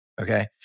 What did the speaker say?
Okay